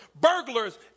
burglars